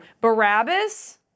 Barabbas